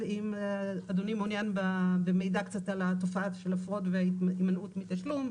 אם אדוני מעוניין במידע על התופעה של הפרוד והימנעות מתשלום,